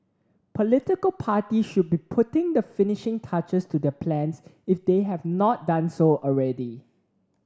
political party should be putting the finishing touches to their plans if they have not done so already